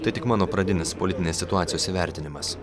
tai tik mano pradinis politinės situacijos įvertinimas